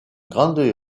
grande